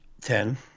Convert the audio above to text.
Ten